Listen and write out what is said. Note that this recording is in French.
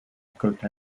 côte